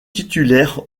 titulaire